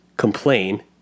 complain